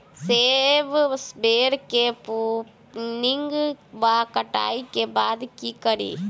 सेब बेर केँ प्रूनिंग वा कटाई केँ बाद की करि?